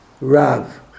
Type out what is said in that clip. Rav